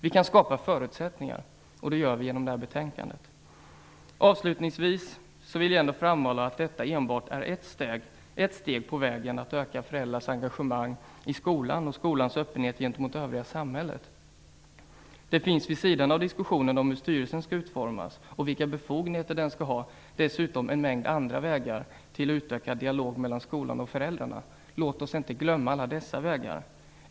Vi kan skapa förutsättningar - och det gör vi genom detta betänkande. Avslutningsvis vill jag framhålla att detta enbart är ett steg på vägen till att öka föräldrars engagemang i skolan, och skolans öppenhet gentemot det övriga samhället. Vid sidan om diskussionen om hur styrelserna skall utformas och vilka befogenheter de skall ha finns det dessutom en mängd andra vägar till utökad dialog mellan skolan och föräldrarna. Låt oss inte glömma alla dessa vägar.